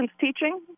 teaching